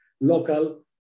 local